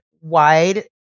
wide